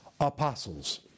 apostles